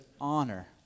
honor